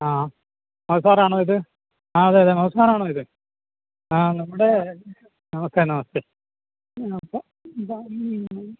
ആ മധുസാറാണോ ഇത് ആ അതെയതെ മധു സാറാണോ ഇത് ആ നമ്മുടെ നമസ്തേ നമസ്തേ ഓക്കെ